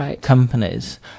companies